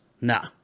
Nah